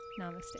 Namaste